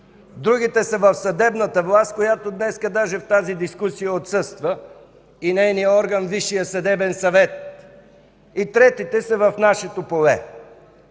другите са в съдебната власт, която днес в тази дискусия отсъства, както и нейният орган – Висшият съдебен съвет; и третите са в нашите поле.